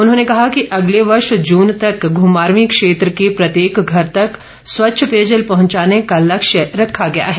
उन्होंने कहा कि अगले वर्ष जून तक घुमारवी क्षेत्र के प्रत्येक घर तक स्वच्छ पेयजल पहुंचाने का लक्ष्य रखा गया है